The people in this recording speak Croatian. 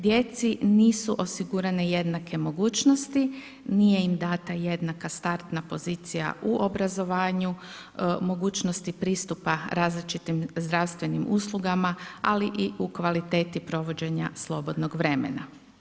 Djeci nisu osigurane jednake mogućnosti, nije im dana jednaka startna pozicija u obrazovanju, mogućnosti pristupa različitim zdravstvenim uslugama, ali i u kvaliteti provođenja slobodnog vremena.